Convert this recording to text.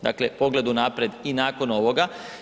Dakle, pogled unaprijed i nakon ovoga.